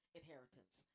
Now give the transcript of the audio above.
inheritance